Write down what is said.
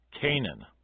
Canaan